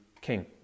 king